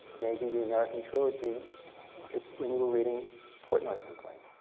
maybe, the american trilogy when you were reading portnoy's complaint,